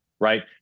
right